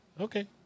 Okay